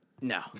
No